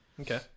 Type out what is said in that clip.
Okay